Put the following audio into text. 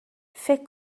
فکر